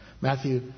Matthew